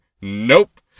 Nope